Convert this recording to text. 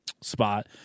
spot